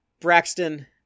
Braxton